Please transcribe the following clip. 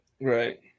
Right